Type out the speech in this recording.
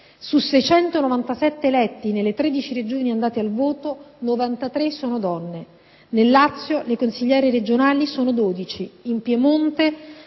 su 697 eletti nelle 13 Regioni andate al voto, 93 sono donne. Nel Lazio, le consigliere regionali sono 12; in Piemonte,